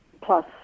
plus